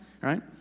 right